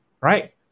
Right